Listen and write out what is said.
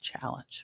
challenge